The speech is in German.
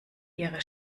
ihre